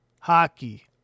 hockey